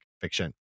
fiction